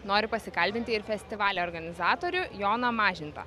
noriu pasikalbinti ir festivalio organizatorių joną mažintą